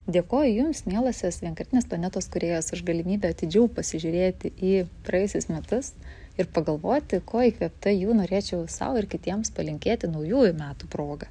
dėkoju jums mielosios vienkartinės planetos kūrėjos aš galimybę atidžiau pasižiūrėti į praėjusius metus ir pagalvoti ko įkvėpta jų norėčiau sau ir kitiems palinkėti naujųjų metų proga